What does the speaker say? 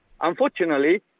unfortunately